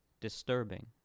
disturbing